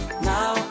Now